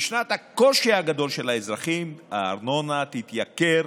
בשנת הקושי הגדול של האזרחים, הארנונה תתייקר